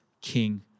King